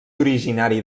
originari